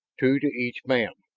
two to each man,